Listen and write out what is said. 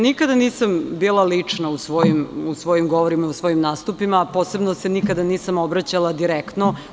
Nikad nisam bila lična u svojim govorima i u svojim nastupima, a posebno se nikad nisam obraćala direktno.